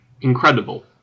incredible